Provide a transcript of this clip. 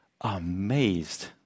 amazed